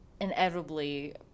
inevitably